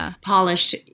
polished